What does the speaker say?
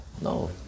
no